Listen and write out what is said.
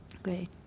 Great